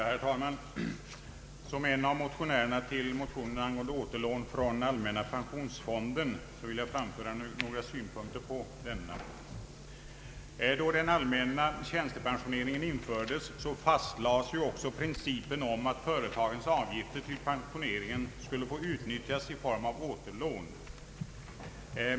Herr talman! Som en av undertecknarna av motionen om återlån från allmänna pensionsfonden vill jag framföra några synpunkter på denna. ringen infördes, fastlades också principen att företagens avgifter till pensioneringen skulle få utnyttjas i form av återlån.